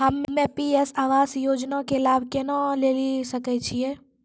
हम्मे पी.एम आवास योजना के लाभ केना लेली सकै छियै?